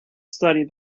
studied